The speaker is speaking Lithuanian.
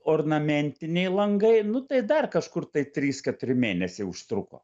ornamentiniai langai nu tai dar kažkur tai trys keturi mėnesiai užtruko